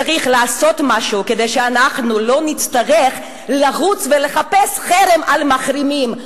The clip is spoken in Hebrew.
צריך לעשות משהו כדי שלא נצטרך לרוץ ולחפש חרם על מחרימים.